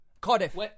Cardiff